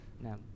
now